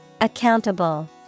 Accountable